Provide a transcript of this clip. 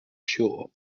sure